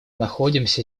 находимся